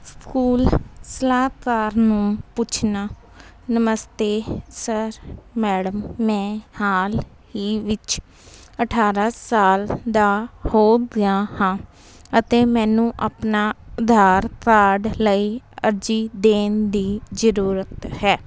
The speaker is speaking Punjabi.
ਸਕੂਲ ਸਲਾਹਕਾਰ ਨੂੰ ਪੁੱਛਣਾ ਨਮਸਤੇ ਸਰ ਮੈਡਮ ਮੈਂ ਹਾਲ ਹੀ ਵਿੱਚ ਅਠਾਰ੍ਹਾਂ ਸਾਲ ਦਾ ਹੋ ਗਿਆ ਹਾਂ ਅਤੇ ਮੈਨੂੰ ਆਪਣਾ ਆਧਾਰ ਕਾਰਡ ਲਈ ਅਰਜ਼ੀ ਦੇਣ ਦੀ ਜ਼ਰੂਰਤ ਹੈ